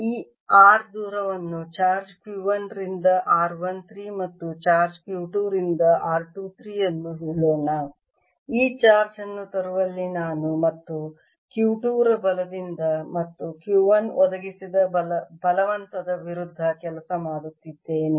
ಈ r ದೂರವನ್ನು charge Q 1 ರಿಂದ r 1 3 ಮತ್ತು ಚಾರ್ಜ್ Q 2 ರಿಂದ r 2 3 ಅನ್ನು ಹೇಳೋಣ ಈ ಚಾರ್ಜ್ ಅನ್ನು ತರುವಲ್ಲಿ ನಾನು ಮತ್ತು Q 2 ರ ಬಲದಿಂದ ಮತ್ತು Q 1 ಒದಗಿಸಿದ ಬಲವಂತದ ವಿರುದ್ಧ ಕೆಲಸ ಮಾಡುತ್ತಿದ್ದೇನೆ